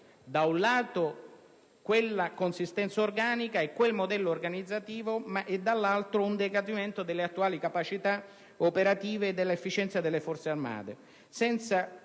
da un lato, la consistenza organica ed il modello organizzativo da essa proposti e, dall'altro, un decadimento delle attuali capacità operative e dell'efficienza delle Forze armate,